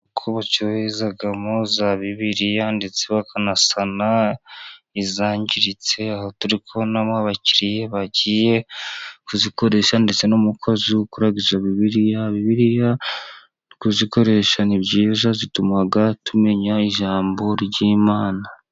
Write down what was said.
Ko bacururizamo za bibiliya ndetse bakanasana izangiritse, aho turi kubonamo abakiriya bagiye kuzikoresha, ndetse n'umukozi ukora izo bibiliya, bibiliya kuzikoresha ni byiza zituma tumenya ijambo ry'Imana.